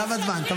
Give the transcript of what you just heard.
תם הזמן.